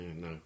No